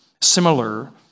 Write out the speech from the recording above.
similar